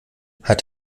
hat